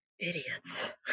Idiots